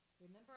Remember